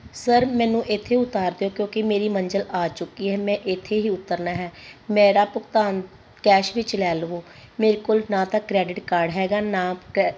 sir ਮੈਨੂੰ ਇੱਥੇ ਉਤਾਰ ਦਿਓ ਕਿਉਂਕਿ ਮੇਰੀ ਮੰਜ਼ਿਲ ਆ ਚੁੱਕੀ ਹੈ ਮੈਂ ਇੱਥੇ ਹੀ ਉਤਰਨਾ ਹੈ ਮੇਰਾ ਭੁਗਤਾਨ ਕੈਸ਼ ਵਿੱਚ ਲੈ ਲਵੋ ਮੇਰੇ ਕੋਲ ਨਾ ਤਾਂ ਕਰੈਡਿਟ ਕਾਰਡ ਹੈਗਾ ਨਾ ਕੈ